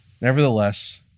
Nevertheless